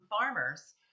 farmers